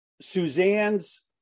Suzanne's